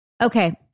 Okay